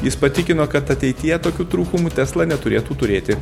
jis patikino kad ateityje tokių trūkumų tesla neturėtų turėti